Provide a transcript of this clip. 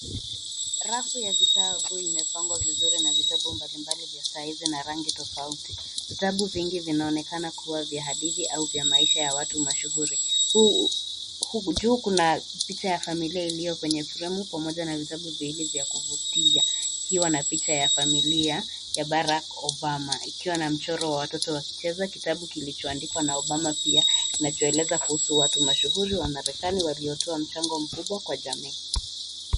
Rafu ya vitabu imepangwa vizuri na vitabu mbalimbali vya size na rangi tofauti. Vitabu vingi vinaonekana kuwa vya hadithi au vya maisha ya watu mashuhuri. Juu kuna picha ya familia iliyo kwenye frame pamoja na vitabu viwili vya kuvutia, kikiwa na picha ya familia ya Barack Obama, ikiwa na mchoro wa watoto wakicheza, kitabu kilichoandikwa na Obama pia kinachoeleza kuhusu watu mashuhuri wa Marekani waliotoa mchango mkubwa kwa jamii.